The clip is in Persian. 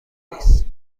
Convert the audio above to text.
نیست